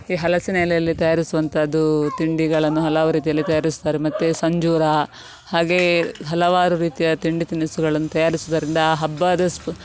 ಈ ಹಲಸಿನ ಎಲೆಯಲ್ಲಿ ತಯಾರಿಸುವಂಥದ್ದು ತಿಂಡಿಗಳನ್ನು ಹಲವು ರೀತಿಯಲ್ಲಿ ತಯಾರಿಸ್ತಾರೆ ಮತ್ತು ಸಂಜೀರ ಹಾಗೇ ಹಲವಾರು ರೀತಿಯ ತಿಂಡಿ ತಿನಿಸುಗಳನ್ನು ತಯಾರಿಸುವುದರಿಂದ ಆ ಹಬ್ಬದ ಸ್ಪು